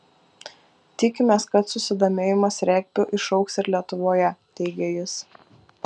tikimės kad susidomėjimas regbiu išaugs ir lietuvoje teigė jis